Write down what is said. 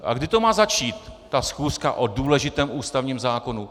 A kdy má začít ta schůzka o důležitém ústavním zákonu?